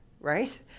right